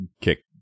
kick